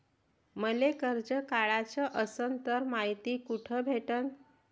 मले कर्ज काढाच असनं तर मायती कुठ भेटनं?